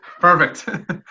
Perfect